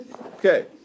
Okay